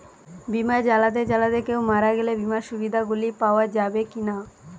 বিমা চালাতে চালাতে কেও মারা গেলে বিমার সুবিধা গুলি পাওয়া যাবে কি না?